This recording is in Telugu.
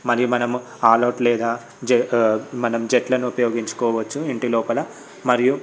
మరియు మనము ఆల్ అవుట్ లేదా మనం జెట్లను ఉపయోగించుకోవచ్చు ఇంటి లోపల మరియు